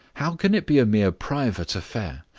how can it be a mere private affair?